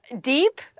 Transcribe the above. Deep